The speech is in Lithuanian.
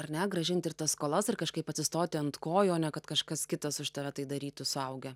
ar ne grąžinti ir tas skolas ar kažkaip atsistoti ant kojų o ne kad kažkas kitas už tave tai darytų suaugę